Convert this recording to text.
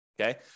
okay